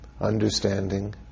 understanding